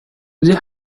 they